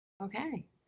Okay